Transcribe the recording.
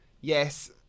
yes